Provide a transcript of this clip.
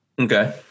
Okay